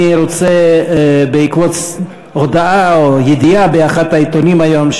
אני רוצה להודיע בעקבות הודעה באחד העיתונים היום,